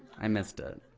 i missed it.